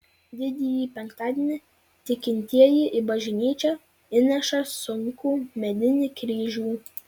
didįjį penktadienį tikintieji į bažnyčią įnešą sunkų medinį kryžių